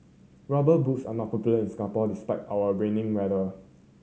Rubber Boots are not popular in Singapore despite our raining weather